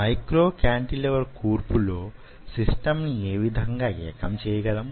micro cantilever కూర్పు లో system ని యేవిధంగా యేకం చేయగలం